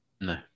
No